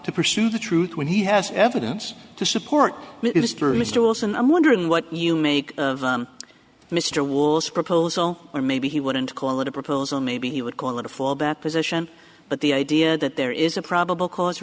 to pursue the truth when he has evidence to support it is through mr wilson i'm wondering what you make of mr wallace proposal or maybe he wouldn't call it a proposal maybe he would call it a fallback position but the idea that there is a probable cause